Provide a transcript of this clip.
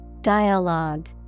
Dialogue